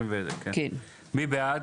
הצבעה בעד,